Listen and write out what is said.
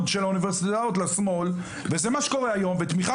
של האוניברסיטאות לשמאל וזה מה שקורה היום ותמיכה